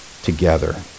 together